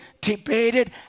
debated